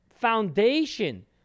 foundation